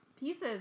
pieces